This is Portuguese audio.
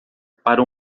para